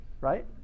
right